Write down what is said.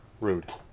Rude